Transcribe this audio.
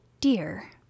dear